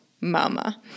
Mama